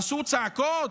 עשו צעקות?